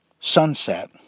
sunset